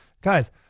guys